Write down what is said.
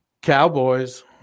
Cowboys